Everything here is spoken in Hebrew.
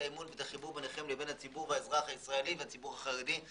האמון ביניכם לציבור והאזרח הישראלי והציבור החרדי.